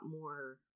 more